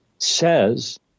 says